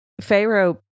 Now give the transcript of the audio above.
Pharaoh